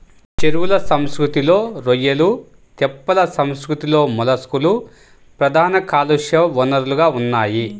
చెరువుల సంస్కృతిలో రొయ్యలు, తెప్పల సంస్కృతిలో మొలస్క్లు ప్రధాన కాలుష్య వనరులుగా ఉన్నాయి